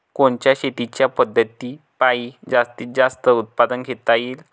कोनच्या शेतीच्या पद्धतीपायी जास्तीत जास्त उत्पादन घेता येईल?